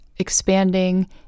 expanding